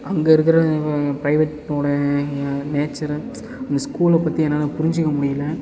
அங்கே இருக்கிற பிரைவேட்டோடய நேச்சரை அந்த ஸ்கூலை பற்றி என்னால் புரிஞ்சுக்க முடியல